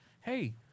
hey